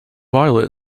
violet